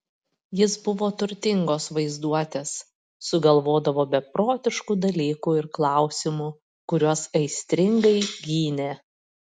jis buvo turtingos vaizduotės sugalvodavo beprotiškų dalykų ir klausimų kuriuos aistringai gynė